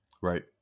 Right